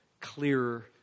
clearer